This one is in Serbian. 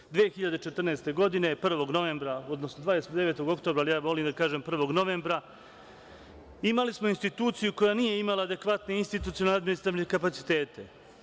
Godine 2014. dana 1. novembra, odnosno 29. oktobra, ali ja volim da kažem 1. novembra, imali smo instituciju koja nije imala adekvatne institucionalne kapacitete.